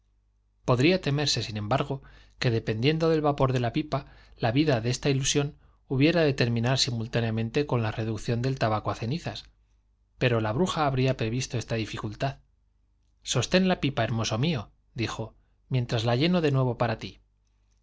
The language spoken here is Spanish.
podría temerse sin embargo que dependiendo del vapor de la pipa la vida de esta ilusión hubiera de terminar simultáneamente con la reducción del tabaco a cenizas pero la bruja había previsto esta dificultad sostén la pipa hermoso mío dijo mientras la lleno de nuevo para ti